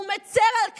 הוא מצר על כך.